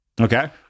okay